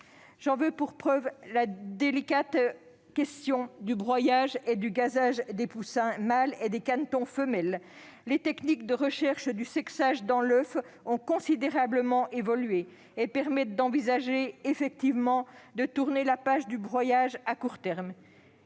J'en veux pour preuve la délicate question du broyage et du gazage des poussins mâles et des canetons femelles. Les techniques de recherche de sexage dans l'oeuf ont considérablement évolué et permettent effectivement d'envisager de tourner la page du broyage à court terme.